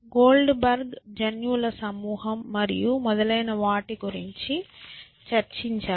Goldberg జన్యువుల సమూహం మరియు మొదలైన వాటి గురించి చర్చించారు